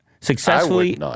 Successfully